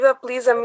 please